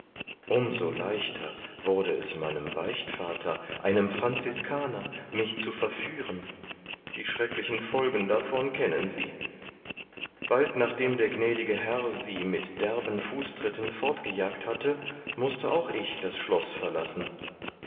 so leichter wurde es meinem beichtvater einem franziscaner mich zu verführen die schrecklichen folgen davon kennen sie bald nachdem der gnädige herr sie mit derben fußtritten fortgejagt hatte mußte auch ich das schloß verlassen